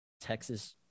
Texas